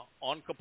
on